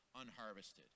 unharvested